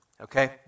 Okay